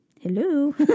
hello